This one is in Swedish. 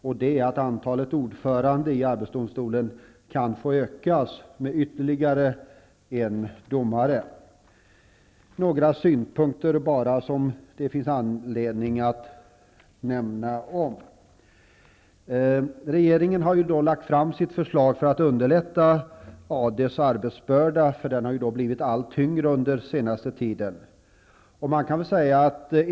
Vi föreslår att antalet ordförande i arbetsdomstolen kan få ökas med ytterligare en domare. Det finns anledning att anföra några synpunkter i detta sammanhang. Regeringen har lagt fram sitt förslag för att lätta AD:s arbetsbörda, som har blivit allt tyngre under den senaste tiden.